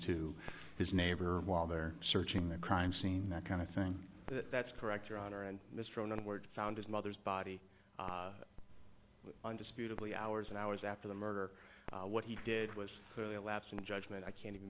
to his neighbor while they're searching the crime scene that kind of thing that's correct your honor and mr non word found his mother's body undisputedly hours and hours after the murder what he did was really a lapse in judgment i can't even